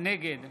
נגד